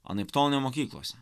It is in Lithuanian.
anaiptol ne mokyklose